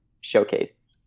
showcase